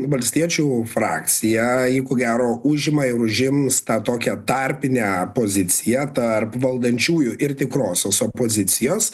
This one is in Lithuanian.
valstiečių frakcija ji ko gero užima ir užims tą tokią tarpinę poziciją tarp valdančiųjų ir tikrosios opozicijos